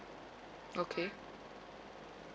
okay